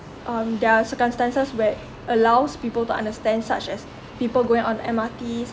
um there are circumstances where allows people to understand such as people going on M_R_Ts